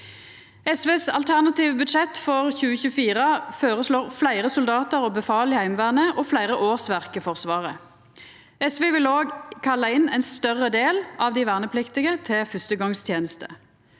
SVs alternative budsjett for 2024 føreslår fleire soldatar og befal i Heimevernet og fleire årsverk i Forsvaret. SV vil også kalla inn ein større del av dei vernepliktige til førstegongsteneste.